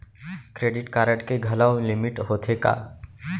Credit card के घलव limit होथे का?